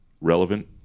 relevant